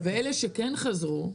ואלה שכן חזרו,